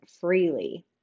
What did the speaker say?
freely